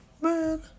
Man